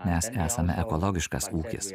mes esame ekologiškas ūkis